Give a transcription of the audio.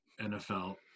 nfl